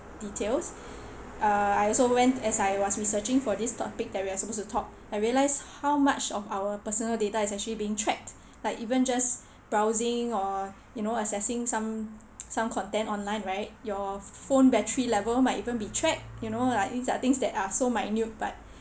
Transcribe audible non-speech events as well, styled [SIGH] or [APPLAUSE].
details [BREATH] uh I also went as I was researching for this topic that we are supposed to talk I realize how much of our personal data is actually being tracked like even just browsing or you know accessing some [NOISE] some content online right you phone battery level might even be tracked you know like these are things that are so minute but